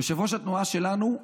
יושב-ראש התנועה שלנו,